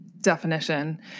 definition